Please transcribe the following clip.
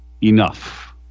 enough